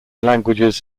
languages